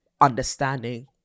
understanding